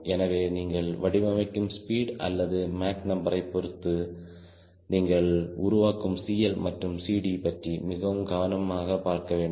எனவே நீங்கள் வடிவமைக்கும் ஸ்பீட் அல்லது மாக் நம்பரை பொருத்து நீங்கள் உருவாக்கும் CL மற்றும் CD பற்றி மிகவும் கவனமாகபார்க்க வேண்டும்